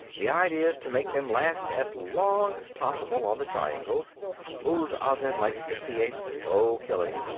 the idea's to make them last as long as possible on the triangles muz-azin likes to see a slow killing,